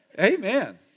Amen